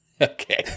Okay